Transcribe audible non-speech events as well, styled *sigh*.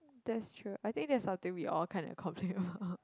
that is true I think there's something we all can't accomplish *laughs*